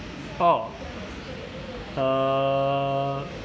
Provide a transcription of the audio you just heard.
oh err